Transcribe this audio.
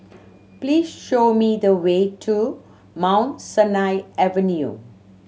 please show me the way to Mount Sinai Avenue